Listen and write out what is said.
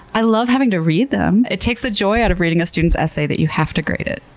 i love having to read them. it takes the joy out of reading a student's essay that you have to grade it.